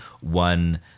one